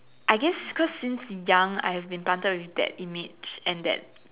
I guess cause since young I've been planted with that image and that